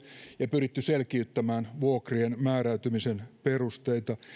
ja pyritty selkiyttämään vuokrien määräytymisen perusteita